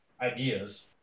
ideas